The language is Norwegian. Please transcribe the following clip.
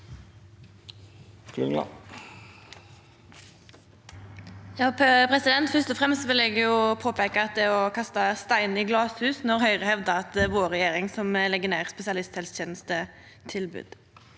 Fyrst og fremst vil eg påpeika at det er å kasta stein i glashus når Høgre hevdar at det er regjeringa vår som legg ned spesialisthelsetenestetilbod.